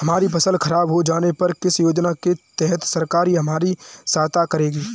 हमारी फसल खराब हो जाने पर किस योजना के तहत सरकार हमारी सहायता करेगी?